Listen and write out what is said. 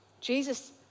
Jesus